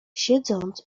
siedząc